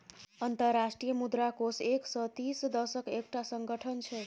अंतर्राष्ट्रीय मुद्रा कोष एक सय तीस देशक एकटा संगठन छै